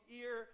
ear